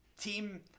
team